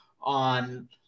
on